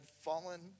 fallen